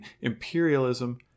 imperialism